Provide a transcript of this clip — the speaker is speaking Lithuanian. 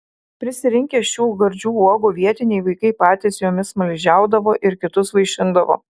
prisirinkę šių gardžių uogų vietiniai vaikai patys jomis smaližiaudavo ir kitus vaišindavo